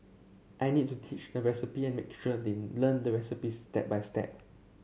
I need to teach the recipe and make sure they learn the recipes step by step